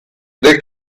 del